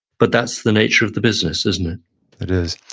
but that's the nature of the business, isn't it? it is.